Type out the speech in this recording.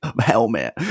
helmet